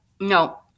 No